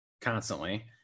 constantly